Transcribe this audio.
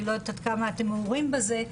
אני לא יודעת עד כמה אתם מעורים בזה,